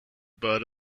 bud